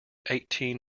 eighteen